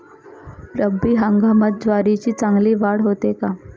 रब्बी हंगामात ज्वारीची चांगली वाढ होते का?